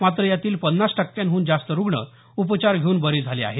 मात्र यातील पन्नास टक्क्यांहून जास्त रूग्ण उपचार घेऊन बरे झाले आहेत